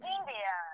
India